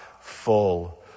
full